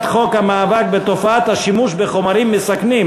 חוק המאבק בתופעת השימוש בחומרים מסכנים,